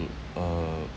um